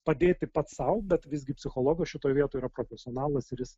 padėti pats sau bet visgi psichologas šitoj vietoj yra profesionalas ir jis